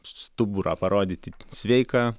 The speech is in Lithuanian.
stuburą parodyti sveiką